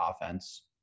offense